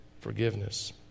forgiveness